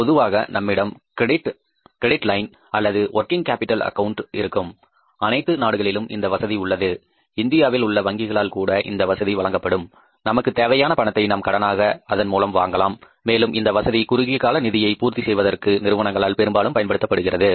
பொதுவாக நம்மிடம் ஒரு ககிரெடிட் லைன் அல்லது ஒர்கிங் கேப்பிடல் அக்கவுண்ட் இருக்கும் அனைத்து நாடுகளிலும் இந்த வசதி உள்ளது இந்தியாவில் உள்ள வங்கிகளால் கூட அந்த வசதி வழங்கப்படும் நமக்கு தேவையான பணத்தை நாம் கடனாக அதன் மூலம் வாங்கலாம் மேலும் இந்த வசதி குறுகிய கால நிதியை பூர்த்தி செய்வதற்கு நிறுவனங்களால் பெரும்பாலும் பயன்படுத்தப்படுகிறது